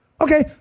Okay